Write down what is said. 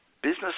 business